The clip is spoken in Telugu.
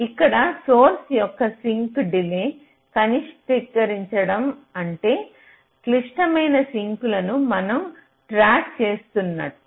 ఇక్కడ సోర్స్ యొక్క సింక్ డిలే కనిష్టీకరించడం అంటే క్లిష్టమైన సింక్లను మనం ట్రాక్ చేస్తున్నట్టు